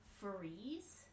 freeze